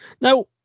Now